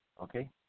Okay